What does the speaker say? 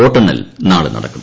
വോട്ടെണ്ണൽ നാളെ നടക്കും